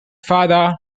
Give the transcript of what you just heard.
father